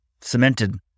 cemented